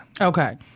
Okay